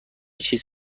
چیز